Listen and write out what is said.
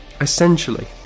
Essentially